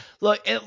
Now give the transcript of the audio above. look